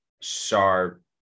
sharp